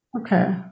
Okay